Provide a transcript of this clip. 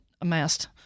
amassed